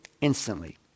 instantly